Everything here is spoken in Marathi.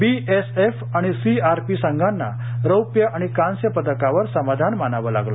बीएसएफ आणि सीआरपी संघांना रौप्य आणि कांस्यपदकावर समाधान मानावं लागलं